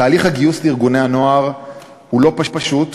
תהליך הגיוס לארגוני הנוער הוא לא פשוט,